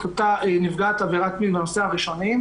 אותה נפגעת עבירת המין --- הראשונים.